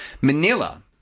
Manila